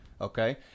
Okay